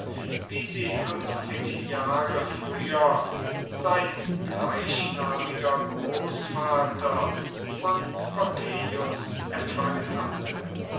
wie sie fünfzig jahre früher sein gleichnamiger großvater von pompeius empfangen hatte